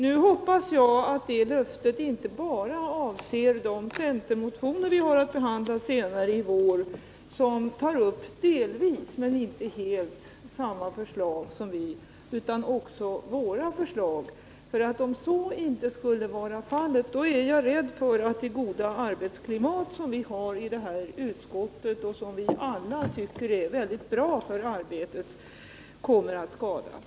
Nu hoppas jag att detta löfte inte bara avser de centermotioner som vi har att behandla senare i vår, som delvis men inte helt tar upp samma förslag som vi, utan också våra egna förslag. Om så inte skulle vara fallet är jag rädd för att det goda arbetsklimat som vi har i utskottet och som vi alla tycker är så bra för arbetet kommer att skadas.